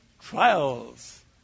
trials